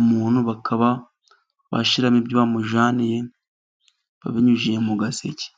umuntu ,baka bashyiramo ibyo bamujyaniye babinyujije mu gaseke.